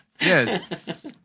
Yes